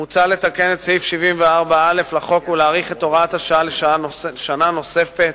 מוצע לתקן את סעיף 74א לחוק ולהאריך את הוראת השעה בשנה נוספת,